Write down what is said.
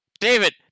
David